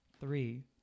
three